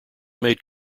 made